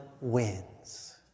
wins